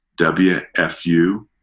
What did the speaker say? WFU